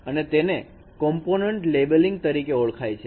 અને તેને component labelling તરીકે ઓળખાય છે